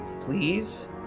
please